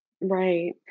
Right